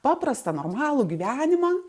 paprastą normalų gyvenimą